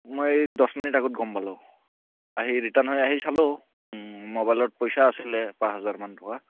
মই এই দছ মিনিট আগত গম পালোঁ আহি ৰিটাৰ্ণ হৈ আহি চালোঁ মোবাইলত পইচা আছিলে পাঁচ হাজাৰমান টকা